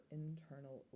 internal